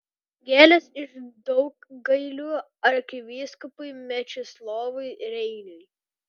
gėlės iš daugailių arkivyskupui mečislovui reiniui